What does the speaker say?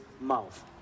mouth